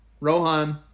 Rohan